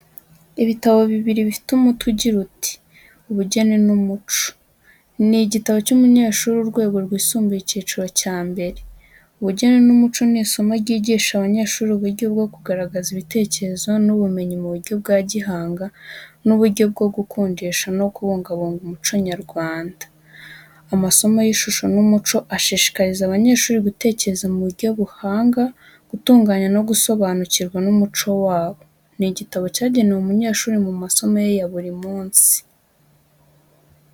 Ibitabo bibiri bifite umutwe ugira uti:"Ubugeni n'Umuco", ni igitabo cy'umunyeshuri urwego rwisumbuye, icyiciro cya mbere. Ubugeni n'Umuco ni isomo ryigisha abanyeshuri uburyo bwo kugaragaza ibitekerezo n'ubumenyi mu buryo bwa gihanga n’uburyo bwo gukundisha no kubungabunga umuco nyarwanda. Amasomo y’Ishusho n’Umuco ashishikariza abanyeshuri gutekereza mu buryo buhanga, gutunganya no gusobanukirwa n’umuco wabo. Ni igitabo cyagenewe umunyeshuri mu masomo ya buri munsi.